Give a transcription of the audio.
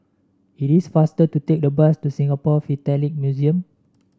it is faster to take the bus to Singapore Philatelic Museum